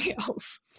else